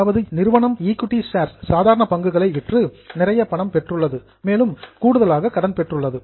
அதாவது நிறுவனம் equity shares சாதாரண பங்குகளை விற்று நிறைய பணம் பெற்றுள்ளது மேலும் கூடுதலாக கடனும் பெற்றுள்ளது